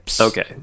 Okay